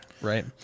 Right